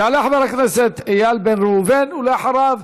יעלה חבר הכנסת איל בן ראובן, ואחריו,